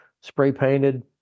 spray-painted